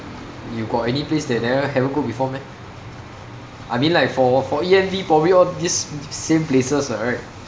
you got any place that never haven't go before meh I mean like for for E_M_D probably all this same places [what] right